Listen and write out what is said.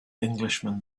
englishman